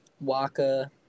Waka